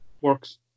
works